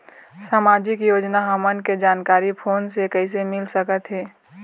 सामाजिक योजना हमन के जानकारी फोन से कइसे मिल सकत हे?